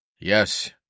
Yes